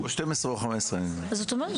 12 או 15. זאת אומרת,